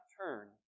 turn